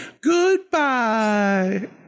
Goodbye